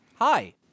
hi